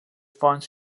fonts